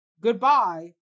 Goodbye